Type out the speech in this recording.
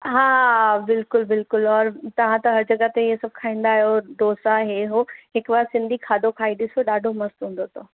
हा बिल्कुलु बिल्कुलु औरि तहां त हर जॻह ते इहे सभु खाईंदा आहियो डोसा इहे उहो हिकु बार सिंधी खादो खाई ॾिसो ॾाढो मस्त हूंदो अथव